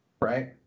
Right